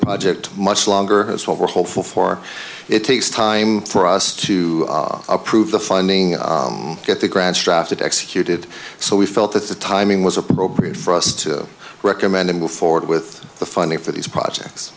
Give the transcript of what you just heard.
project much longer has what we're hopeful for it takes time for us to approve the funding at the grand strategy executed so we felt that the timing was appropriate for us to recommend a move forward with the funding for these projects